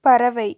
பறவை